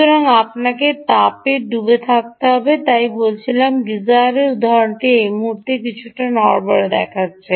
সুতরাং আপনাকে তাপমাত্রা কম করত হবে তাই আমি বললাম গিজার উদাহরণটি এই মুহুর্তে কিছুটা নড়বড়ে দেখাচ্ছে